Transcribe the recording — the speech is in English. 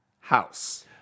House